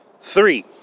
Three